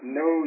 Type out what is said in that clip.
no